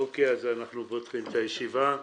אוקיי, אז אנחנו פותחים את הישיבה,